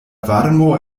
varmo